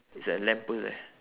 it's a lamp post there